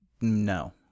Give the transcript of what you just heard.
No